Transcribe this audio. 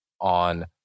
on